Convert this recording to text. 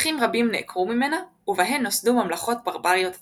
שטחים רבים נעקרו ממנה ובהן ונוסדו ממלכות ברבריות עצמאיות.